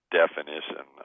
definition